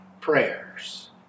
prayers